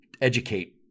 educate